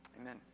Amen